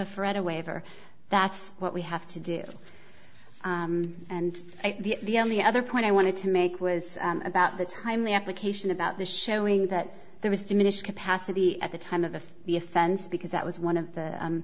a fred a waiver that's what we have to do and the only other point i wanted to make was about the timely application about the showing that there was diminished capacity at the time of the offense because that was one of the